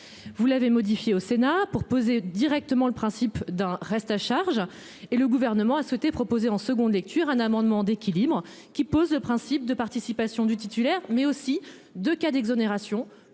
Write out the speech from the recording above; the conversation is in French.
Vous l'avez modifié au Sénat pour poser directement le principe d'un reste à charge et le gouvernement a souhaité proposer en seconde lecture un amendement d'équilibre qui pose le principe de participation du titulaire mais aussi de cas d'exonération